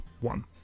one